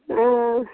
ओ